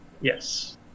Yes